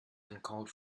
uncalled